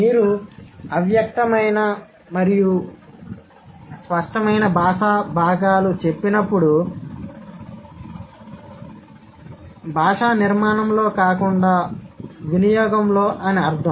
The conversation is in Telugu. మీరు అవ్యక్తమైన మరియు స్పష్టమైన బాషా భాగాలు చెప్పినప్పుడు భాషా నిర్మాణంలో కాకుండా భాషా వినియోగంలో అని అర్థం